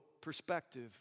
perspective